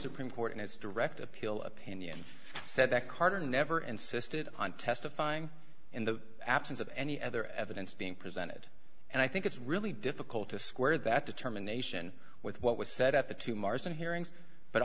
supreme court in its direct appeal opinion said that carter never insisted on testifying in the absence of any other evidence being presented and i think it's really difficult to square that determination with what was said at the two mars and hearings but